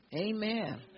Amen